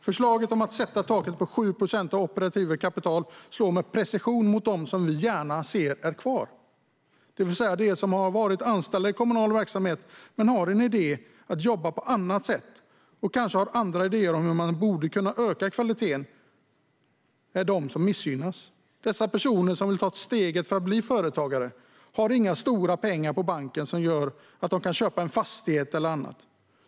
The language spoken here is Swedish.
Förslaget om att sätta ett tak på 7 procent av operativt kapital slår med precision mot dem som vi gärna ser är kvar, det vill säga mot dem som har varit anställda i kommunal verksamhet men har en idé om att jobba på annat sätt och kanske har andra idéer om hur man borde kunna öka kvaliteten. De som missgynnas är dessa personer, som vill ta steget att bli företagare men inte har några stora pengar på banken som gör att de kan köpa en fastighet eller annat.